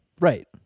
right